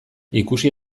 ikusi